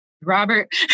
Robert